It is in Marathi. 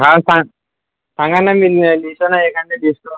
हा सां सांगा ना मी लि लिहितो ना एखादी लिस्ट